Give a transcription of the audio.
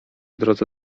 drodze